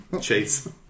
chase